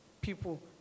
people